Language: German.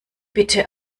bitte